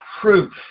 proof